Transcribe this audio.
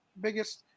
biggest